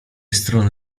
strony